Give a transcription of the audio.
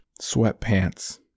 sweatpants